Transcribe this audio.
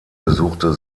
besuchte